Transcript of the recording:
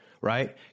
right